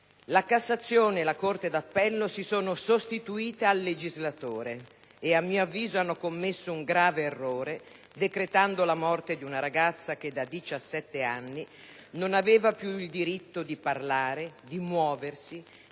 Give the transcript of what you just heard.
La Cassazione e la Corte d'appello si sono sostituite al legislatore e, a mio avviso, hanno commesso un grave errore, decretando la morte di una ragazza che da 17 anni non aveva più il diritto di parlare, di muoversi,